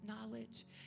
knowledge